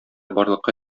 барлыкка